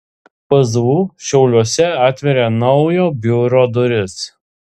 pzu šiauliuose atveria naujo biuro duris